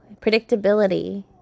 predictability